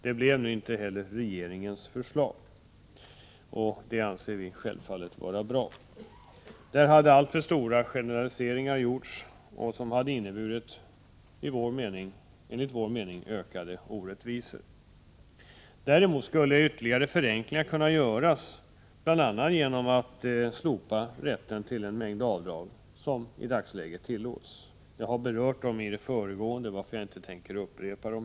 Nu blev detta inte heller regeringens förslag, vilket vi anser var bra. I förslaget hade alltför stora generaliseringar gjorts som enligt vår mening hade inneburit ökade orättvisor. Däremot skulle ytterligare förenklingar kunna göras, bl.a. genom att slopa rätten till en mängd av de avdrag som nu tillåts. Jag har berört dessa i det föregående, varför jag inte tänker upprepa dem.